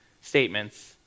statements